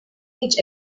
age